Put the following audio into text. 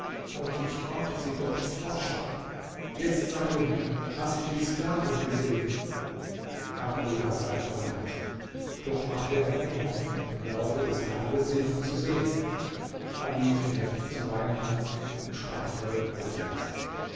und ich konnte sie doch nicht fortschaffen jetzt sage mir hast du die sklavin gesehen abul hasan verneinte doch machte er ihm hoffnung im laufe des tages sie noch zu sehen ali fing heftig zu weinen an und sprach folgende verse